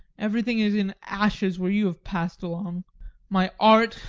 everything is in ashes where you have passed along my art,